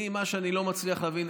מה שאני לא מצליח להבין,